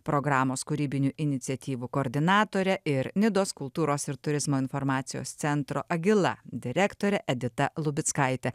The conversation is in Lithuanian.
programos kūrybinių iniciatyvų koordinatore ir nidos kultūros ir turizmo informacijos centro agila direktore edita lubickaite